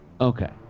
Okay